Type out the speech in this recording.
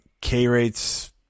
K-rate's